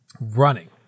running